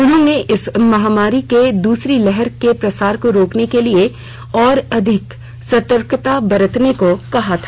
उन्होंने इस महामारी की दूसरी लहर के प्रसार को रोकने के लिए और अधिक सतर्कता बरतने को कहा था